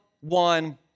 one